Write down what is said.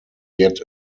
yet